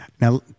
Now